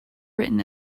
written